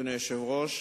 אדוני היושב-ראש,